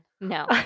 No